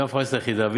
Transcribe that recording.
והיא המפרנסת היחידה,